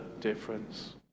difference